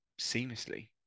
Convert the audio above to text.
seamlessly